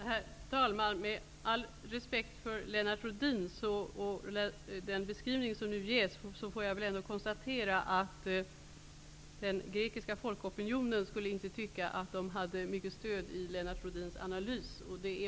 Herr talman! Med all respekt för Lennart Rohdin och den beskrivning som nu ges, konstaterar jag ändå att den grekiska folkopinionen inte skulle tycka att de hade mycket stöd i Lennart Rohdins analys.